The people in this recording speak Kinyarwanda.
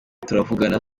turavugana